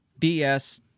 BS